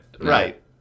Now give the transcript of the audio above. Right